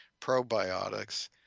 probiotics